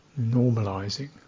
Normalizing